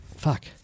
fuck